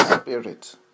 spirit